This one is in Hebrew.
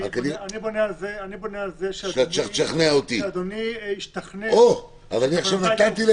אני בונה על זה שאדוני ישתכנע שכוונותיי